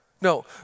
No